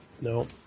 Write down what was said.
No